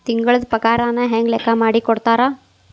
ತಿಂಗಳದ್ ಪಾಗಾರನ ಹೆಂಗ್ ಲೆಕ್ಕಾ ಮಾಡಿ ಕೊಡ್ತಾರಾ